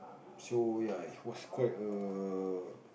so ya it was quite a